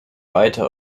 weiter